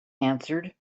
answered